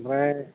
ओमफ्राय